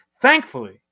thankfully